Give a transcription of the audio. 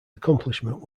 accomplishment